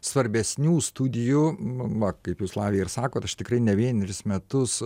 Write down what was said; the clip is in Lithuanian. svarbesnių studijų na kaip jūs lavija ir sakot aš tikrai ne vienerius metus